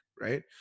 right